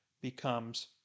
becomes